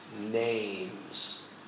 names